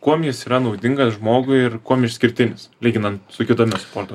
kuom jis yra naudingas žmogui ir kuom išskirtinis lyginant su kitomis sporto